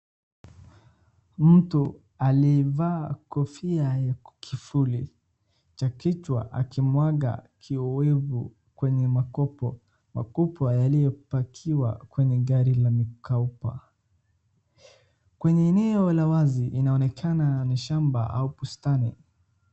Mtu aliyevaa kofia ya kifuli cha kichwa akimwaga kiwevu kwenye makopo, makopo yaliyopakiwa kwenye gari la mikopa, kwenye eneo la wazi inaonekana ni shamba au bustani.